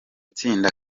tsinda